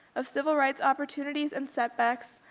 of civil rights opportunities and setbacks,